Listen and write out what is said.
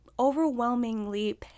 overwhelmingly